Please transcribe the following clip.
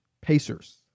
Pacers